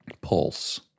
Pulse